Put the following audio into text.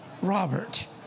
Robert